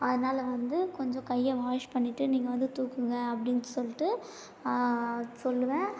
அதனால வந்து கொஞ்சம் கையை வாஷ் பண்ணிட்டு நீங்கள் வந்து தூக்குங்க அப்படின்னு சொல்லிட்டு சொல்லுவேன்